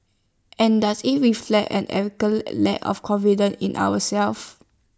and does IT reflect an lack of confidence in ourselves